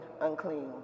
unclean